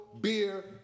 Beer